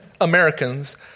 Americans